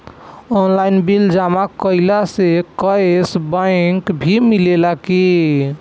Online bill जमा कईला से कैश बक भी मिलेला की?